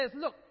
Look